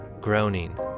groaning